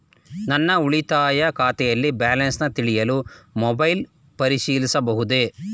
ನನ್ನ ಉಳಿತಾಯ ಖಾತೆಯಲ್ಲಿ ಬ್ಯಾಲೆನ್ಸ ತಿಳಿಯಲು ಮೊಬೈಲ್ ಪರಿಶೀಲಿಸಬಹುದೇ?